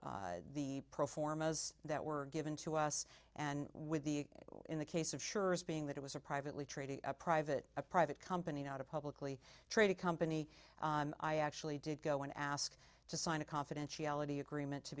at the pro forma as that were given to us and with the in the case of surest being that it was a privately traded private a private company not a publicly traded company and i actually did go and ask to sign a confidentiality agreement to